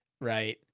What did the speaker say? right